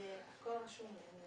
הכל רשום לי.